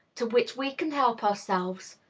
to which we can help ourselves,